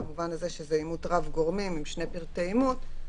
במובן הזה שזה אימות רב גורמים עם שני פרטי אימות,